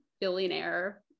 billionaire